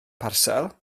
parsel